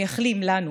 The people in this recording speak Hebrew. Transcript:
מייחלים לנו,